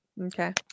Okay